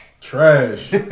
Trash